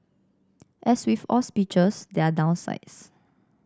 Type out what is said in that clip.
as with all speeches there are downsides